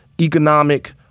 economic